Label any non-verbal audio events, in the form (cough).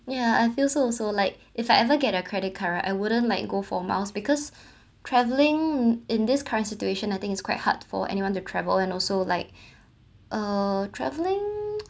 ya I feel so also like if I ever get a credit card I wouldn't like go for miles because (breath) travelling in this current situation I think is quite hard for anyone to travel and also like (breath) uh travelling